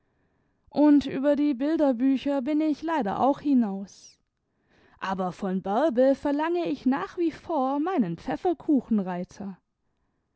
und über die bilderbücher bin ich leider auch hinaus aber von bärbe verlange ich nach wie vor meinen